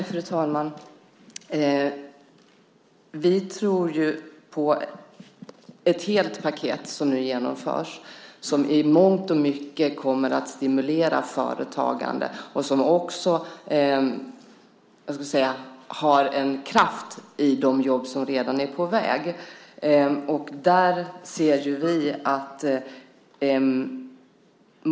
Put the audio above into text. Fru talman! Vi tror på ett helt paket, som det som nu genomförs, som i mångt och mycket kommer att stimulera företagande. Det ger också en kraft åt de jobb som redan är på väg.